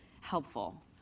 helpful